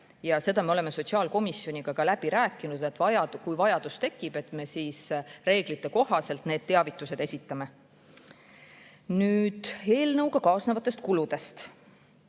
Ja seda me oleme sotsiaalkomisjoniga ka läbi rääkinud, et kui vajadus tekib, siis reeglite kohaselt me selle teavituse esitame. Nüüd eelnõuga kaasnevatest kuludest.